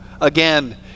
again